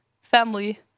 family